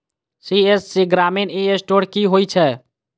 CSC ग्रामीण e store की होइ छै?